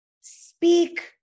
speak